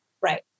Right